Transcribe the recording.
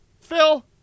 Phil